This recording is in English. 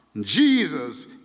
Jesus